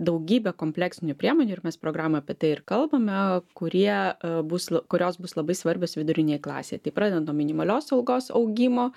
daugybė kompleksinių priemonių ir mes programoj apie tai ir kalbame kurie bus kurios bus labai svarbios vidurinei klasei tai pradedant nuo minimalios algos augimo